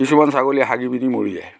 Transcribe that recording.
কিছুমান ছাগলী হাগি পিনি মৰি যায়